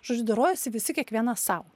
žodžiu dorojosi visi kiekvienas sau